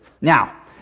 now